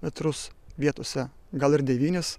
metrus vietose gal ir devynis